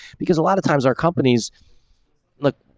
because a lot of times our companies look,